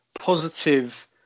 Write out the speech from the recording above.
positive